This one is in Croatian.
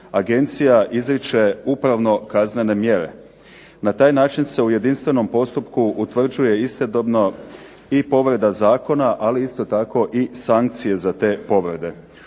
agencija izriče upravno kaznene mjere. Na taj način se u jedinstvenom postupku utvrđuje istodobno i povreda zakona, ali isto tako i sankcije za te povrede.